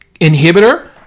inhibitor